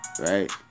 right